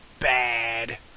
bad